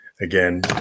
Again